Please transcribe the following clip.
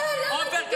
אתה לא מתבייש?